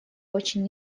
очень